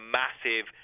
massive